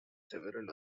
several